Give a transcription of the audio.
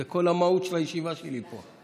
זו כל המהות של הישיבה שלי פה.